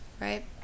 right